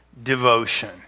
devotion